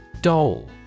Dole